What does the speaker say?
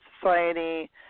society